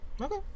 Okay